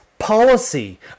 policy